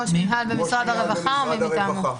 ראש מינהל במשרד הרווחה או מי מטעמו.